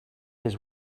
his